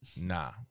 Nah